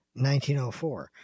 1904